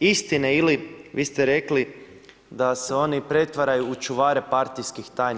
istine ili vi ste rekli da se oni pretvaraju u čuvare partijskih tajni.